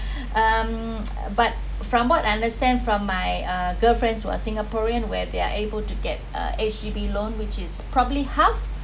um but from what I understand from my uh girlfriends who are singaporean where they are able to get uh H_D_B loan which is probably half